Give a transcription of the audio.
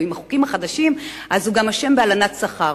ועם החוקים החדשים הוא גם אשם בהלנת שכר,